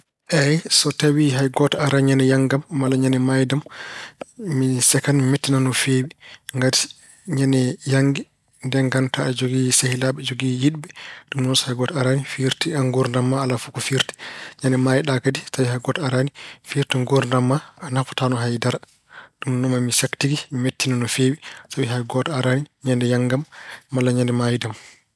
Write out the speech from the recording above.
Eey so tawi hay gooto araani ñande yannge am malla ñande maayde am, mi sekan, mi mettinan no feewi. Ngati ñande yannge ko ndeen nganndata aɗa jogii sehilaaɓe, aɗa jogii yiɗɓe. Ɗum noon so hay gooto araani firti ko nguurndam ma alaa fof ko firti. Ñande maayɗa kadi, so tawii hay gooto araani firti nguurndam ma a nafootaano hay dara. Ɗum noon maa mi sek tigi, maa mi mettin no feewi tawi hay gooto araani ñande yannge am malla ñande maayde